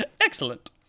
Excellent